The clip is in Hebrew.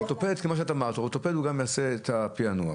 כמו שאת אמרת: אורתופד גם יעשה את הפענוח.